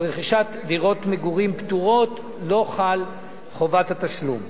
על רכישת דירות מגורים פטורות לא חלה חובת התשלום.